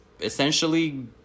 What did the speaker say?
Essentially